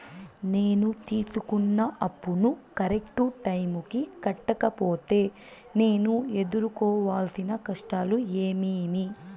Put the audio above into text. నేను తీసుకున్న అప్పును కరెక్టు టైముకి కట్టకపోతే నేను ఎదురుకోవాల్సిన కష్టాలు ఏమీమి?